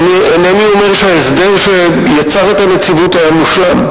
אני אינני אומר שההסדר שיצר את הנציבות היה מושלם,